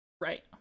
Right